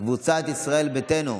קבוצת ישראל ביתנו,